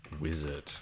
wizard